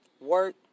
Work